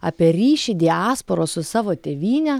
apie ryšį diasporos su savo tėvynę